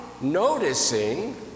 noticing